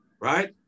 right